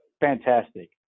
fantastic